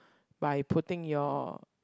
by putting your